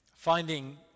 Finding